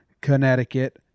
Connecticut